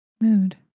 Mood